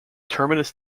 terminus